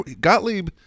Gottlieb